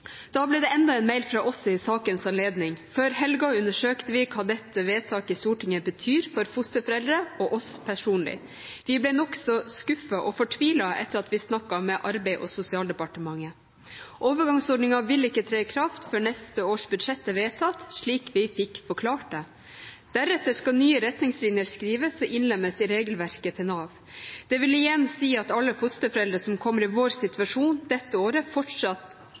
Da ble det enda en mail fra oss i sakens anledning. Før helga undersøkte vi hva dette vedtaket i Stortinget betyr for fosterforeldre og oss personlig. Vi ble nokså skuffet og fortvilet etter at vi snakket med Arbeids- og sosialdepartementet. Overgangsordningen vil ikke tre i kraft før neste års budsjett er vedtatt, slik vi fikk forklart det. Deretter skal nye retningslinjer skrives og innlemmes i regelverket til Nav. Det vil igjen si at alle fosterforeldre som kommer i vår situasjon dette året, fortsatt